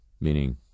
meaning